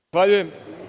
Zahvaljujem.